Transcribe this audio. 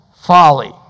folly